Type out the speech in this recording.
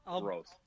Gross